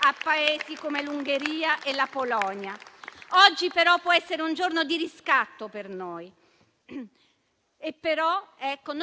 a Paesi come l'Ungheria e la Polonia. Oggi però può essere un giorno di riscatto per noi.